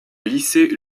lycée